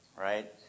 right